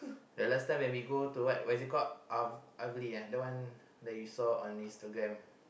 then last time when we go to what what is it called uh Av~ Avly eh the one that you saw on Instagram